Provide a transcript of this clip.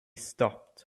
stopped